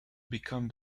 become